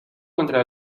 contra